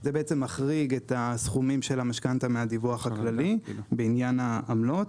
זה בעצם מחריג את הסכומים של המשכנתא מהדיווח הכללי בעניין העמלות.